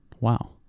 Wow